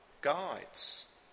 guides